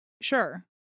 sure